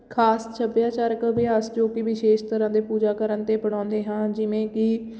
ਖਾਸ ਸੱਭਿਆਚਾਰਕ ਅਭਿਆਸ ਜੋ ਕਿ ਵਿਸ਼ੇਸ਼ ਤਰ੍ਹਾਂ ਦੇ ਪੂਜਾ ਕਰਨ 'ਤੇ ਅਪਣਾਉਂਦੇ ਹਾਂ ਜਿਵੇਂ ਕਿ